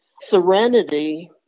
serenity